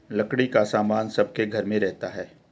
लकड़ी का सामान सबके घर में रहता है